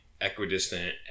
equidistant